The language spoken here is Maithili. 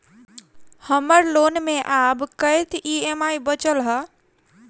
हम्मर लोन मे आब कैत ई.एम.आई बचल ह?